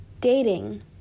Dating